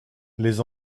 les